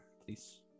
please